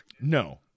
No